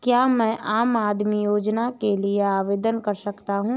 क्या मैं आम आदमी योजना के लिए आवेदन कर सकता हूँ?